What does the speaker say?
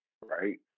right